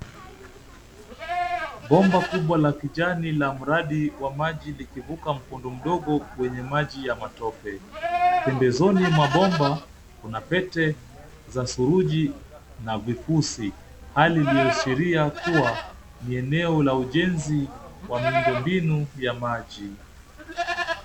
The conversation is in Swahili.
Bomba kubwa la kijani la mradi wa maji likivuka mkondo mdogo weny maji ya matope. Pembezoni mwa bomba kuna pete za suruji na vipusi, hali iliyoashiria kuwa ni eneo la ujenzi wa miundo mbinu ya maji.